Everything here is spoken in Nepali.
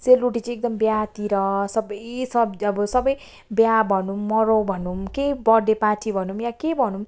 सेलरोटी चाहिँ एकदम बिहातिर सबै सब अब सबै बिहा भनौँ मरौ भनौँ केही बर्थडे पार्टी भनौँ या के भनौँ